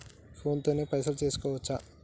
Phone తోని పైసలు వేసుకోవచ్చా?